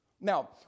Now